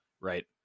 right